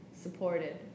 supported